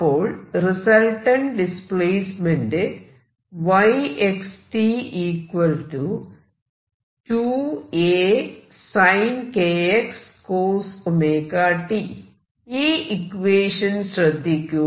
അപ്പോൾ resultant displacement ഈ equation ശ്രദ്ധിക്കൂ